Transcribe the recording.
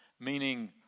meaning